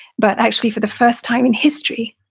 but actually, for the first time in history,